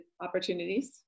opportunities